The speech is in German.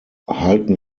halten